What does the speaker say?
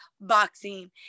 boxing